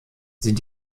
sind